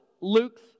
Luke's